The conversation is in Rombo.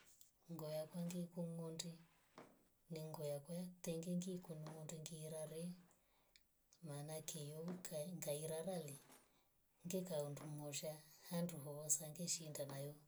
Nguo yakwa ngikungonde ni yakwa kitengele ngi kunwo ndongirare. maana yoo kai ngirare ngekahunda mosha handu hoosa ngeshinda nayo.